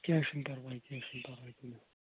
کیٚنٛہہ چھُنہٕ پَرواے کیٚنٛہہ چھُنہٕ پَرواے کِنہٕ